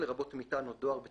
לרבות מטען או דואר,